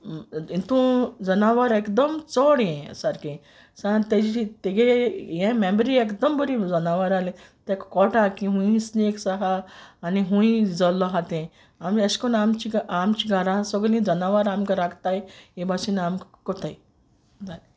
इंतून जनावर एकदोम चोड यें सारकें सो आत तेज तेगे यें मेमरी एकदोम बोरी जोनावराली तेक कोटा की हूंय स्नेक्स आहा आनी हूंय जोल्लो आहा तें आनी अेश कोन्न आमच आमच घारां सोगलीं जोनावर आमक राखताय हे भाशेन आमक कोताय जालें